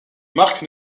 marques